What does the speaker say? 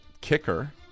kicker